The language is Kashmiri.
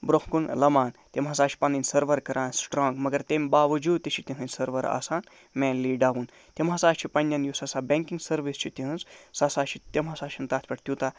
برونہہ کُن لَمان تِم ہسا چھِ پَنٕنۍ سٔروَر کران سٔٹرانگ مَگر تَمہِ باؤجوٗد تہ چھِ تِہِندۍ سٔروَر آسان مینلی ڈَاوُن تِم ہسا چھِ پَنٕنٮ۪ن یُس ہسا بٮ۪نکِنگ سٔروِس چھِ تِہِنز سُہ ہسا چھِ تِم ہسا چھُنہٕ تَتھ پٮ۪ٹھ توٗتاہ